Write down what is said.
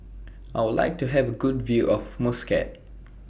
I Would like to Have A Good View of Muscat